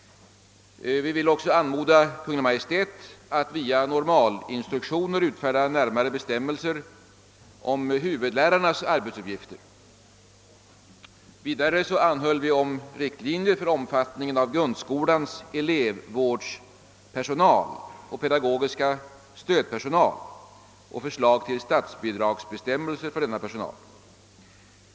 Vi ville också anmoda Kungl. Maj:t att via normalinstruktioner utfärda närmare bestämmelser om huvudlärarnas arbetsuppgifter. Vidare anhöll vi om riktlinjer för omfattningen av grundskolans elevvårdspersonal och pedagogiska stödpersonal och om förslag till statsbidragsbestämmelser för denna personal.